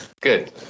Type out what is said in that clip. Good